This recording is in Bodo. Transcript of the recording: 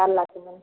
जारलासो